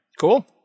Cool